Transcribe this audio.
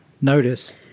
notice